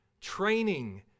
training